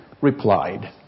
replied